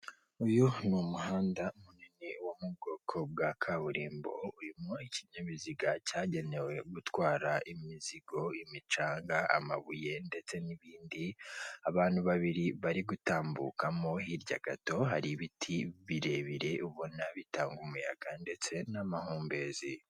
Uyu n'umuhanda munini wo mu bwoko bwa kaburimbo, urimo ikinyabiziga cyagenewe gutwara imizigo, imicanga, amabuye ndetse n'ibindi. Abantu babiri bari gutambukamo, hirya gato har'ibiti birebire ubona bitanga umuyaga n'amahumbezi.